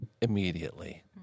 immediately